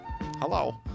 hello